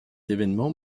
événement